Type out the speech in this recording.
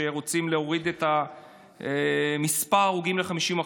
שרוצים להוריד את מספר ההרוגים ב-50%.